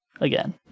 Again